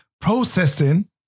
Processing